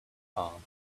fall